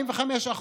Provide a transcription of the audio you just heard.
45%,